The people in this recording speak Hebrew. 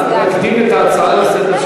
להקדים את ההצעה לסדר-היום,